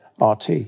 RT